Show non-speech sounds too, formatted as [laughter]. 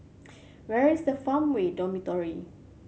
[noise] where is Farmway Dormitory